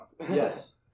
yes